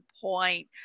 point